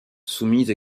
soumise